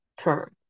term